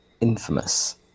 infamous